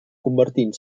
convertint